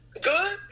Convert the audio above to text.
Good